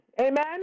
Amen